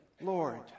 Lord